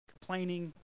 complaining